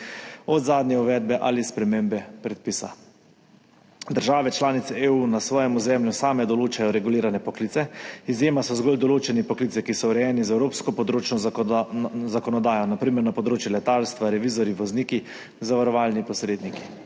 od zadnje uvedbe ali spremembe predpisa. Države članice EU na svojem ozemlju same določajo regulirane poklice, izjema so zgolj določeni poklici, ki so urejeni z evropsko področno zakonodajo, na primer na področju letalstva, revizorji, vozniki, zavarovalni posredniki.